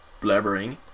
blabbering